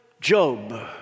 Job